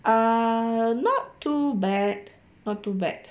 uh not too bad not too bad